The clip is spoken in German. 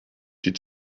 die